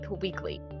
Weekly